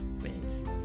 friends